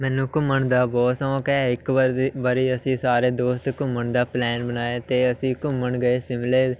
ਮੈਨੂੰ ਘੁੰਮਣ ਦਾ ਬਹੁਤ ਸ਼ੌਕ ਹੈ ਇੱਕ ਵਾਰ ਦੀ ਵਾਰੀ ਅਸੀਂ ਸਾਰੇ ਦੋਸਤ ਘੁੰਮਣ ਦਾ ਪਲੈਨ ਬਣਾਇਆ ਅਤੇ ਅਸੀਂ ਘੁੰਮਣ ਗਏ ਸ਼ਿਮਲੇ